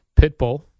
Pitbull